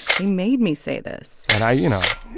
they made me say this and i you know,